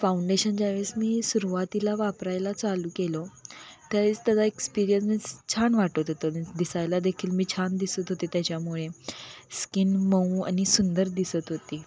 foundation ज्यावेळेस मी सुरुवातीला वापरायला चालू केलो त्यावेळेस त्याचा एक्सपिरियन्स छान वाटत होतं दिसायला देखील मी छान दिसत होते त्याच्यामुळे स्किन मऊ आणि सुंदर दिसत होती